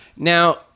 Now